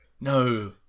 No